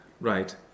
right